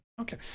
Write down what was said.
Okay